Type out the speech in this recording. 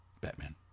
Batman